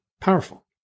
powerful